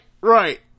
right